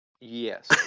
Yes